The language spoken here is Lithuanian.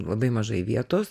labai mažai vietos